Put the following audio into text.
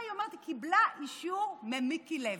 היא אומרת שהיא קיבלה אישור ממיקי לוי.